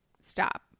stop